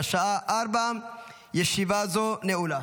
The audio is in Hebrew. בשעה 16:00. ישיבה זו נעולה.